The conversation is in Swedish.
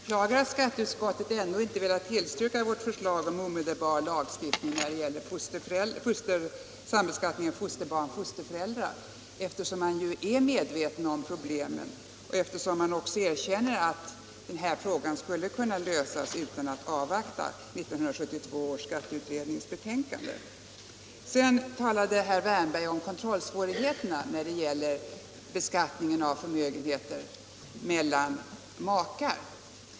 Herr talman! Jag beklagar att skatteutskottet ändå inte velat tillstyrka vårt förslag om omedelbar lagstiftning när det gäller sambeskattning av fosterbarn och fosterföräldrar, eftersom man ju är medveten om problemen och eftersom man ju också erkänner att denna fråga skulle kunna lösas utan att 1972 års skatteutrednings betänkande behöver avvaktas. Sedan talade herr Wärnberg om kontrollsvårigheterna när det gäller beskattningen av förmögenheter mellan makar.